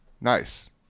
nice